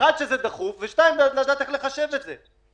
שזה דחוף ו-ב', צריך לדעת איך לחשב את זה.